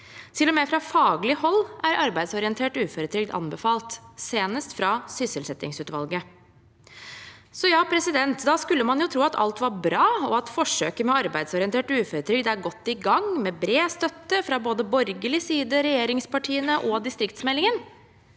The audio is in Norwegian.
Til og med fra faglig hold er arbeidsorientert uføretrygd anbefalt, senest fra sysselsettingsutvalget. Da skulle man jo tro at alt var bra, og at forsøket med arbeidsorientert uføretrygd er godt i gang, med bred støtte fra både borgerlig side, regjeringspartiene og distriktsmeldingen,